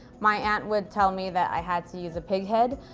my aunt would tell me that i had to use a pig head.